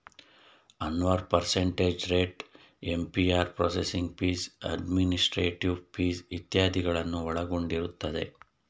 Anwar percentage rate, APR processing fees, administrative fees ಇತ್ಯಾದಿಗಳನ್ನು ಒಳಗೊಂಡಿರುತ್ತದೆ